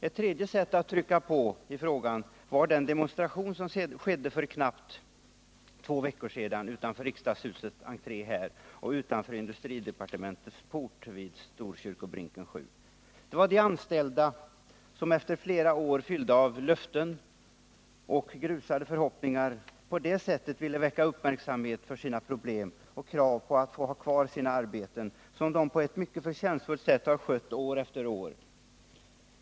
Ett tredje sätt att trycka på i frågan var den demonstration som ägde rum för knappt två veckor sedan utanför riksdagshusets entré och utanför industridepartementets port vid Storkyrkobrinken 7. Det var de anställda som efter en vid Förenade flera år fyllda av löften om en ny fabrik och grusade förhoppningar på det Well AB i Billingssättet ville väcka uppmärksamhet för sina problem och föra fram kraven att få fors ha kvar sina arbeten, som de på ett mycket förtjänstfullt sätt har skött år efter år.